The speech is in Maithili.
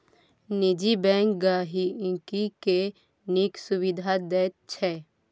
निजी बैंक गांहिकी केँ नीक सुबिधा दैत छै